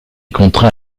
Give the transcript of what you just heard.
contrat